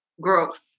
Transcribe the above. growth